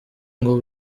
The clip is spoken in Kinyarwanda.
ngo